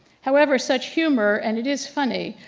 however, such humor, and it is funny,